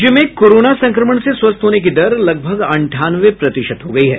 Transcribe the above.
राज्य में कोरोना संक्रमण से स्वस्थ होने की दर लगभग अंठानवे प्रतिशत हो गयी है